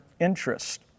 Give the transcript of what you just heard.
interest